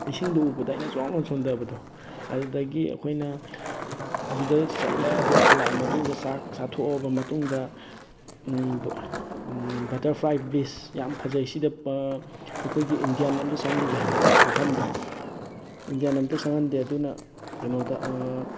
ꯏꯁꯤꯡꯗꯨ ꯎꯕꯗ ꯑꯩꯅ ꯖꯣꯝ ꯂꯥꯎꯅ ꯆꯣꯡꯊꯕꯗꯣ ꯑꯗꯨꯗꯒꯤ ꯑꯩꯈꯣꯏꯅ ꯑꯗꯨꯗ ꯆꯠꯂꯦ ꯑꯗꯨ ꯍꯜꯂꯛꯑ ꯃꯇꯨꯡꯗ ꯆꯥꯛ ꯆꯥꯊꯣꯛꯑꯕ ꯃꯇꯨꯡꯗ ꯕꯇꯔꯐ꯭ꯂꯥꯏ ꯕꯤꯆ ꯌꯥꯝ ꯐꯖꯩ ꯁꯤꯗ ꯑꯩꯈꯣꯏꯒꯤ ꯏꯟꯗꯤꯌꯥꯟ ꯑꯃꯠꯇ ꯆꯪꯍꯟꯗꯦ ꯍꯥꯏ ꯃꯐꯝꯗꯣ ꯏꯟꯗꯤꯌꯥꯟ ꯑꯃꯠꯇ ꯆꯪꯍꯟꯗꯦ ꯑꯗꯨꯅ ꯀꯩꯅꯣꯗ